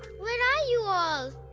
where are you all?